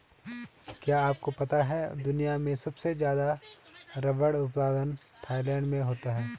क्या आपको पता है दुनिया में सबसे ज़्यादा रबर उत्पादन थाईलैंड में होता है?